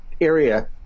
area